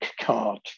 card